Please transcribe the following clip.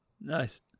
nice